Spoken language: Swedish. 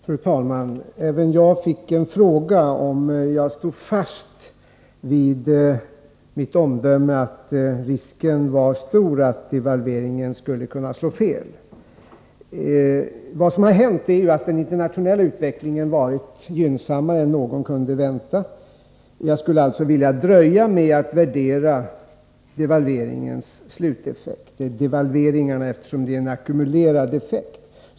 Fru talman! Även jag fick en fråga. Finansministern frågade om jag stod fast vid mitt omdöme att risken var stor att devalveringen skulle slå fel. Vad som har hänt är att den internationella utvecklingen varit gynnsammare än någon kunde vänta. Jag skulle alltså vilja dröja med att värdera devalveringarnas sluteffekt, eftersom det blir en ackumulerad effekt.